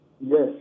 yes